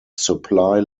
supply